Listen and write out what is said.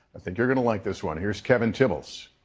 i think you're going the like this one. here is kevin tibbles.